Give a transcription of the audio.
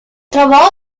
trova